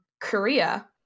Korea